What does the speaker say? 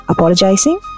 Apologizing